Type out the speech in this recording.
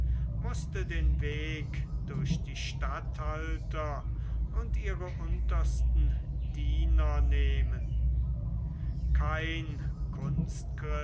mußte den weg durch die statthalter und ihre untersten diener nehmen kein